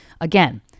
Again